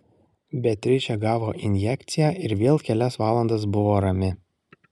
beatričė gavo injekciją ir vėl kelias valandas buvo rami